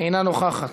אינה נוכחת.